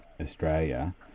Australia